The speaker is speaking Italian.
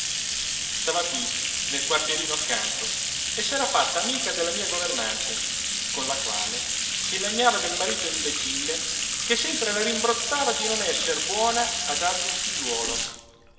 stava qui nel quartierino accanto e s'era fatta amica della mia governante con la quale si lagnava del marito imbecille che sempre la rimbrottava di non esser buona a dargli un figliuolo